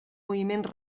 moviments